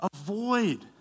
Avoid